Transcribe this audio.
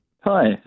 Hi